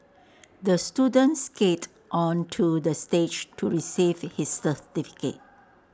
the student skated onto the stage to receive his certificate